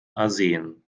arsen